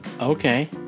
Okay